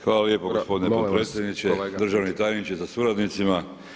Hvala lijepo gospodine potpredsjedniče, državni tajniče sa suradnicima.